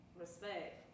Respect